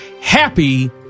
Happy